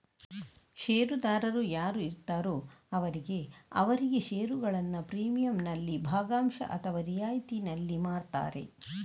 ಷೇರುದಾರರು ಯಾರು ಇರ್ತಾರೋ ಅವರಿಗೆ ಅವರಿಗೆ ಷೇರುಗಳನ್ನ ಪ್ರೀಮಿಯಂನಲ್ಲಿ ಭಾಗಶಃ ಅಥವಾ ರಿಯಾಯಿತಿನಲ್ಲಿ ಮಾರ್ತಾರೆ